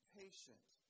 patient